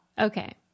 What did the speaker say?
Okay